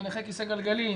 ונכה כיסא גלגלים,